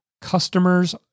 customer's